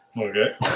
okay